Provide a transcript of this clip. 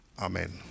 Amen